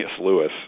Lewis